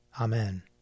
Amen